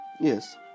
Yes